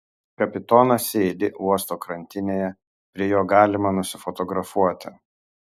kapitonas sėdi uosto krantinėje prie jo galima nusifotografuoti